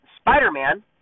Spider-Man